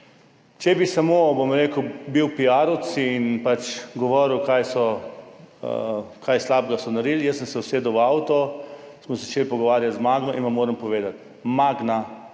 bi bil samo, bom rekel, piarovec, bi pač govoril, kaj slabega so naredili, jaz pa sem se usedel v avto, smo se začeli pogovarjati z Magno in vam moram povedati, Magna